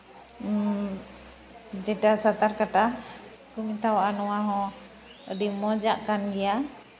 ᱡᱮᱴᱟ ᱥᱟᱛᱟᱨ ᱠᱟᱴᱟ ᱠᱚ ᱢᱮᱛᱟᱣᱟᱜᱼᱟ ᱱᱚᱣᱟ ᱦᱚᱸ ᱟᱹᱰᱤ ᱢᱚᱡᱟᱜ ᱠᱟᱱ ᱜᱮᱭᱟ